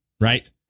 right